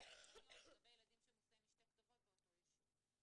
לכם היום לגבי ילדים שמוסעים משתי כתובות באותו ישוב.